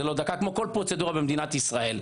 זה כמו כל פרוצדורה במדינת ישראל.